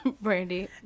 Brandy